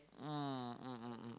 mm